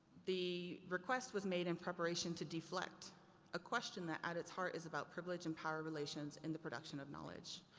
the request was made in preparation to deflect a question that, at its heart is about privilege and power relations in the production of knowledge.